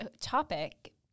topic